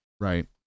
right